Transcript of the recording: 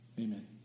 Amen